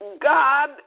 God